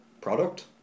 product